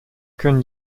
können